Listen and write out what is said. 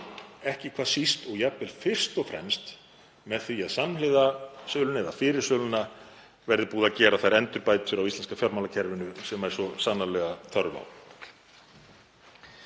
ekki hvað síst, og jafnvel fyrst og fremst, með því að samhliða sölunni eða fyrir söluna verði búið að gera þær endurbætur á íslenska fjármálakerfinu sem svo sannarlega er þörf á.